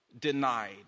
denied